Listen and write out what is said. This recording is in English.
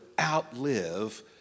outlive